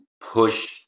push